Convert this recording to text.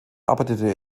arbeitete